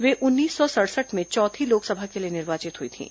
वे उन्नीस सौ सड़सठ में चौथी लोकसभा के लिए निर्वाचित हुई थीं